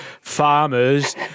farmers